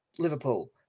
Liverpool